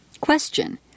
Question